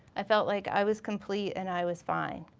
i felt like i was complete and i was fine.